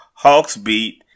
HawksBeat